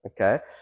Okay